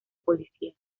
policía